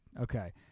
Okay